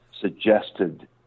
suggested